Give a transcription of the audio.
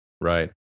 Right